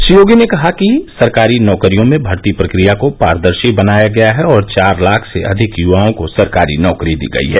श्री योगी ने कहा कि सरकारी नौकरियों में भर्ती प्रक्रिया को पारदर्शी बनाया गया है और चार लाख से अधिक युवाओं को सरकारी नौकरी दी गयी है